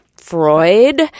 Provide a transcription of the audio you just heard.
Freud